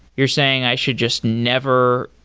you're saying i should just never